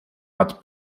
hat